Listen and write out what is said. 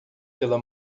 pela